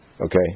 okay